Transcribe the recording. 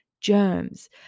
germs